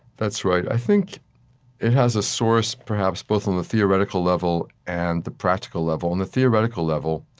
that's right. i think it has a source, perhaps both on the theoretical level and the practical level. on the theoretical level,